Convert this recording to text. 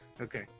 Okay